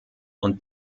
und